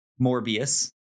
Morbius